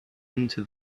into